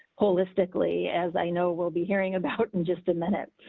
holistically. as i know. we'll be hearing about in just a minute.